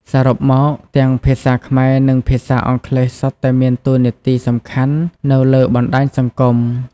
សរុបមក ទាំងភាសាខ្មែរ និងភាសាអង់គ្លេសសុទ្ធតែមានតួនាទីសំខាន់នៅលើបណ្ដាញសង្គម។